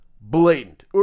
blatant